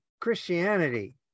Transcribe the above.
christianity